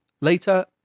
Later